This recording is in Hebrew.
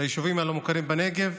ביישובים הלא-מוכרים בנגב,